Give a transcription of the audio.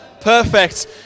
Perfect